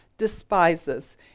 despises